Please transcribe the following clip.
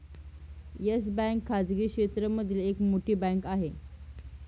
yes bank खाजगी क्षेत्र मधली एक मोठी बँक आहे